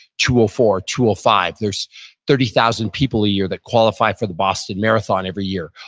two four, two ah five. there's thirty thousand people a year that qualify for the boston marathon every year.